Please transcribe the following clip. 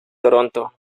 toronto